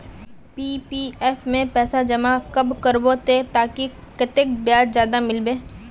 PPF में पैसा जमा कब करबो ते ताकि कतेक ब्याज ज्यादा मिलबे?